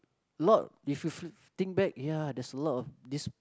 a lot if you think back ya there's a lot of this